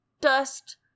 Dust